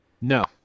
No